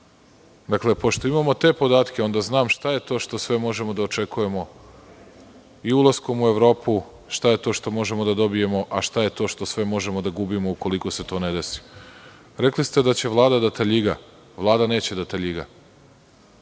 pošto imamo te podatke, onda znam šta je to što sve možemo da očekujemo i ulaskom u Evropu šta je to što možemo da dobije, a šta je to što sve možemo da gubimo ukoliko se to ne desi. Rekli ste da će Vlada da taljiga. Vlada neće da taljiga.